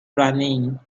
running